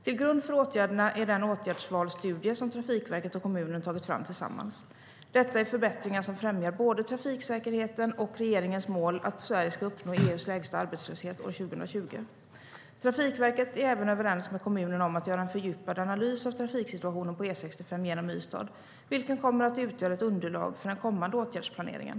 Till grund för åtgärderna ligger den åtgärdsvalstudie som Trafikverket och kommunen tagit fram tillsammans. Detta är förbättringar som främjar både trafiksäkerheten och regeringens mål att Sverige ska uppnå EU:s lägsta arbetslöshet år 2020. Trafikverket är även överens med kommunen om att göra en fördjupad analys av trafiksituationen på E65 genom Ystad, vilken kommer att utgöra ett underlag för den kommande åtgärdsplaneringen.